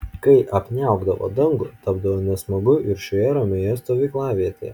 kai apniaukdavo dangų tapdavo nesmagu ir šioje ramioje stovyklavietėje